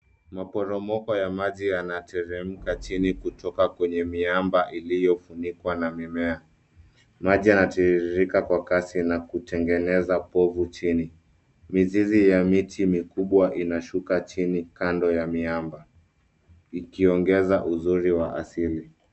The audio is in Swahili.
Maporomoko ya maji yanateremka chini kutoka kwenye miamba iliyofunikwa na mimea . Maji yanatiririka kwa kasi na kutengeneza povu chini. Mizizi ya mti mikubwa inashuka chini kando ya miamba ikiongeza uzuri wa asili.